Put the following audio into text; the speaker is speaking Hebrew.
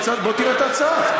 בוא תראה את ההצעה.